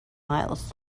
miles